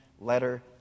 letter